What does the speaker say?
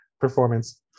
performance